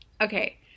Okay